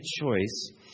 choice